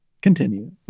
continue